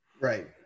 Right